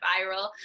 viral